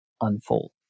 unfold